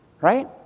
Right